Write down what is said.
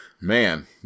man